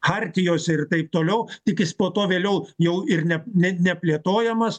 chartijose ir taip toliau tik jis po to vėliau jau ir ne ne neplėtojamas